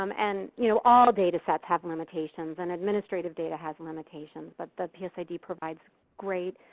um and you know all data sets have limitations, and administrative data has limitations, but the the psid provides great